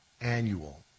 annual